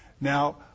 Now